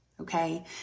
Okay